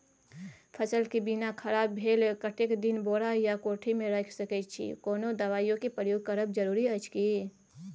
फसल के बीना खराब भेल कतेक दिन बोरा या कोठी मे रयख सकैछी, कोनो दबाईयो के प्रयोग करब जरूरी अछि की?